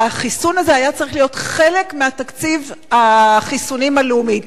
והחיסון הזה היה צריך להיות חלק מתקציב החיסונים הלאומי,